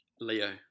Leo